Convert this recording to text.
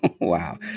Wow